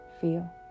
feel